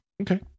okay